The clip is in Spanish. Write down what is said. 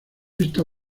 esta